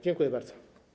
Dziękuję bardzo.